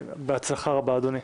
בהצלחה רבה, אדוני.